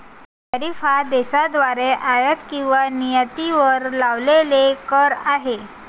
tariff हा देशाद्वारे आयात किंवा निर्यातीवर लावलेला कर आहे